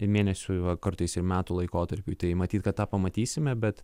mėnesių o kartais ir metų laikotarpiui tai matyt kad tą pamatysime bet